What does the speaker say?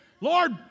Lord